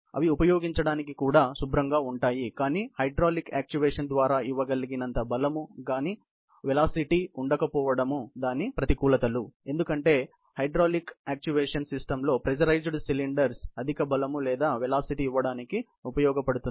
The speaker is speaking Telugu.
అవి ఉపయోగించడానికి కూడా శుభ్రంగా ఉంటాయి కానీ హైడ్రాలిక్ యాక్చుయేషన్ ద్వారా ఇవ్వగలిగినంత ఎక్కువ బలం లేదా వెలాసిటీ ఉండకపోవడం దాని ప్రతికూలతలు ఎందుకంటే ప్రేజరైజ్డ్ సిలిండర్ అధిక బలం లేదా వేగం ఇవ్వడానికి ఉపయోగపడుతుంది